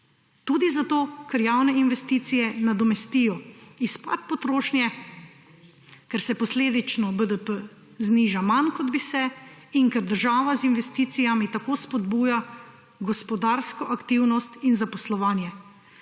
Tudi zato, ker javne investicije nadomestijo izpad potrošnje, ker se posledično BDP zniža manj, kot bi se, in ker država z investicijami tako spodbuja gospodarsko aktivnost in zaposlovanje.